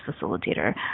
Facilitator